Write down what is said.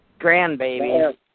Grandbaby